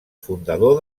fundador